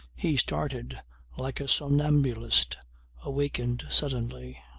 he started like a somnambulist awakened suddenly,